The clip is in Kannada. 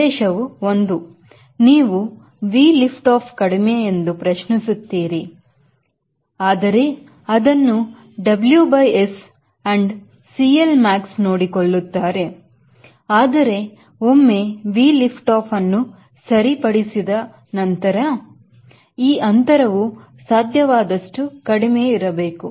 ಸಂದೇಶವು ಒಂದು ನೀವು V liftoff ಕಡಿಮೆಯೆಂದು ಪ್ರಯತ್ನಿಸುತ್ತೀರಿ ಅದ ಅದನ್ನು W by S and CLmax ನೋಡಿಕೊಳ್ಳುತ್ತಾರೆ ಆದರೆ ಒಮ್ಮೆ V liftoff ಅನ್ನು ಸರಿ ಸರಿಪಡಿಸಿದ ನಂತರ ಈ ಅಂತರವು ಸಾಧ್ಯವಾದಷ್ಟು ಕಡಿಮೆ ಇರಬೇಕು